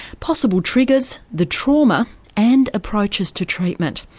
possible triggers, the trauma and approaches to treatment.